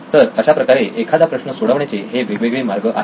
तर अशाप्रकारे एखादा प्रश्न सोडवण्याचे हे वेगवेगळे मार्ग आहेत